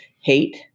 hate